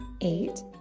eight